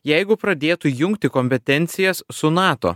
jeigu pradėtų jungti kompetencijas su nato